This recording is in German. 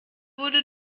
wurde